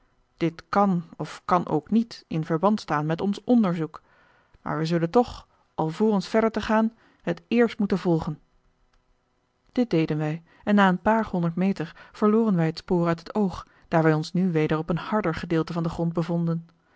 dit kan of kan ook niet in verband staan met ons onderzoek maar wij zullen toch alvorens verder te gaan het eerst moeten volgen dit deden wij en na een paar honderd meter verloren wij het spoor uit het oog daar wij ons nu weder op een harder gedeelte van den grond bevonden